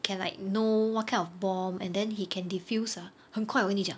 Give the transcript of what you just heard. can like know what kind of bomb and then he can diffuse ah and 很快我跟你讲